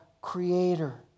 creator